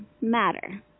matter